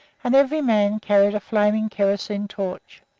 and every man carried a flaming kerosene torch.